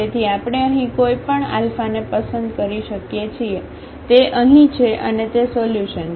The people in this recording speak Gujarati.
તેથી આપણે અહીં કોઈપણ આલ્ફાને પસંદ કરી શકીએ છીએ તે અહીં છે અને તે સોલ્યુશન છે